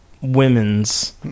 women's